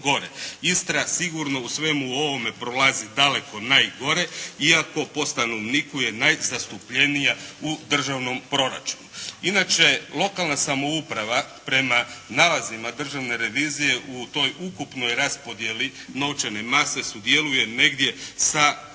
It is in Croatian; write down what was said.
Istra sigurno u svemu ovome prolazi daleko najgore, iako po stanovniku je najzastupljenija u državnom proračunu. Inače lokalna samouprava prema nalazima državne revizije u toj ukupnoj raspodjeli novčane mase sudjeluje negdje sa 16%,